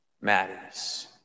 matters